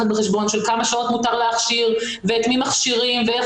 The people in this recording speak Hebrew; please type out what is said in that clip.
בחשבון של כמה שעות מותר להכשיר ואת מי מכשירים ואיך